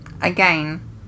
again